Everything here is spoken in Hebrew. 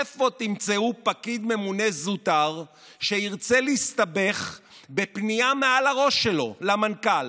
איפה תמצאו פקיד ממונה זוטר שירצה להסתבך בפנייה מעל הראש שלו למנכ"ל,